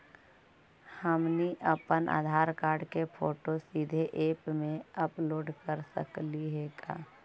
हमनी अप्पन आधार कार्ड के फोटो सीधे ऐप में अपलोड कर सकली हे का?